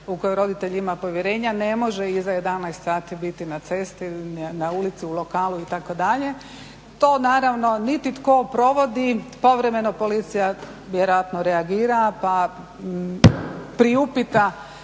u koju roditelj ima povjerenja ne može iza 11 sati biti na cesti, ulici ili lokalu itd. To naravno niti tko provodi, povremeno policija vjerojatno reagira pa priupita